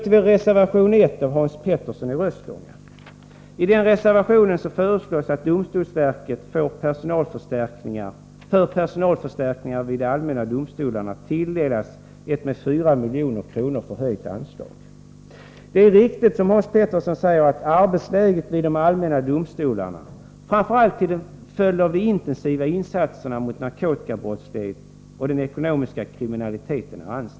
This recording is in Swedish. I reservation 1 av Hans Petersson i Röstånga föreslås att domstolsverket för personalförstärkningar vid de allmänna domstolarna skall tilldelas ett med 4 milj.kr. förhöjt anslag. Det är riktigt, som Hans Petersson säger, att arbetsläget vid de allmänna domstolarna är ansträngt, framför allt till följd av de intensiva insatserna mot narkotikabrottsligheten och den ekonomiska kriminaliteten.